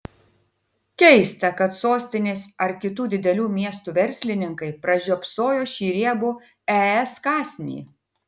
keista kad sostinės ar kitų didelių miestų verslininkai pražiopsojo šį riebų es kąsnį